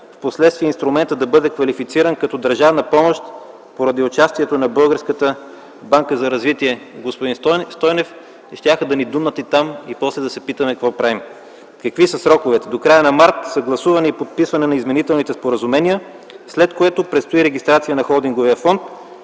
впоследствие инструментът да бъде квалифициран като държавна помощ поради участието на Българската банка за развитие, господин Стойнев. Щяха да ни думнат и там и после да се питаме какво правим. Какви са сроковете? До края на март съгласуване и подписване на изменителните споразумения, след което предстои регистрация на холдинговия фонд,